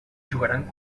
jugaran